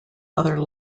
other